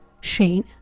Shane